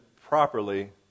properly